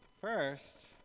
First